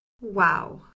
Wow